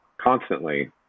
constantly